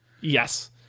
Yes